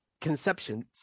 conceptions